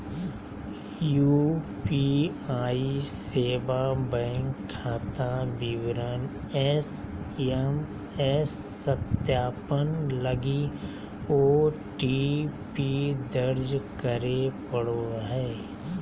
UPI सेवा bank खाता विवरण एस.एम.एस सत्यापन लगी ओ.टी.पी दर्ज करे पड़ो हइ